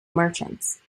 merchants